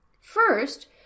First